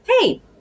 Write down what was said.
hey